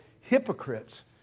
hypocrites